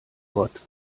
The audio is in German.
gott